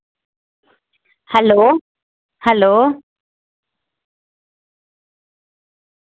hello hello